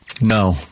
No